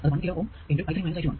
അത് 1 kilo ohm kilo Ω x i3 i2 ആണ്